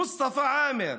מוסטפא עאמר,